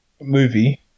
movie